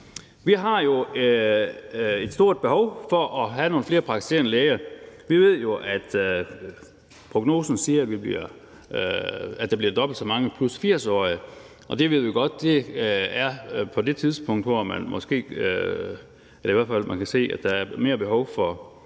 Vi har jo et stort behov for at have nogle flere praktiserende læger. Vi ved jo, at prognosen siger, at der bliver dobbelt så mange 80+-årige, og det ved vi godt er det tidspunkt, hvor man kan se at der er mere behov for